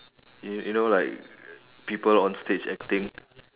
you you know like people on stage acting